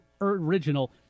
original